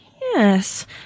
yes